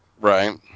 Right